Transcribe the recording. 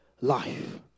life